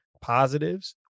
positives